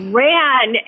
ran